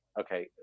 okay